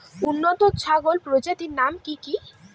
উন্নত ছাগল প্রজাতির নাম কি কি?